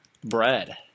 bread